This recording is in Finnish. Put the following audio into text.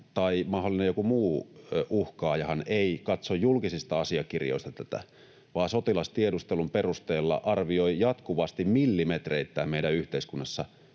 tai mahdollinen joku muu uhkaajahan ei katso tätä julkisista asiakirjoista vaan sotilastiedustelun perusteella arvioi jatkuvasti millimetreittäin meidän yhteiskunnassa,